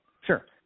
Sure